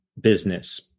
business